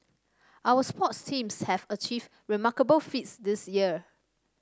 our sports teams have achieved remarkable feats this year